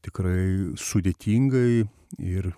tikrai sudėtingai ir